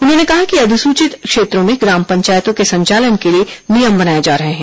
उन्होंने कहा कि अधिसूचित क्षेत्रों में ग्राम पंचायतों के संचालन के नियम बनाए जा रहे हैं